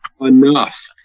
enough